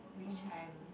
which I am